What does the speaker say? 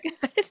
good